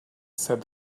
said